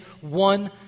one